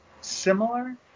similar